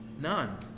none